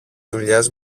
δουλειές